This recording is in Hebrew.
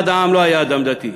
אחד העם לא היה אדם דתי,